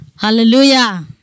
Hallelujah